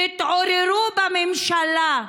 תתעוררו בממשלה.